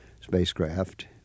spacecraft